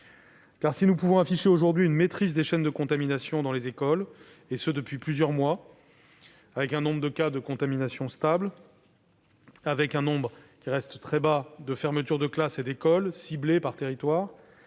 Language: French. Si nous pouvons afficher aujourd'hui une maîtrise des chaînes de contamination dans les écoles, et ce depuis plusieurs mois, avec un nombre de cas de contamination stable et un nombre très bas de fermetures de classes et d'écoles, ciblées par territoire,